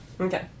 Okay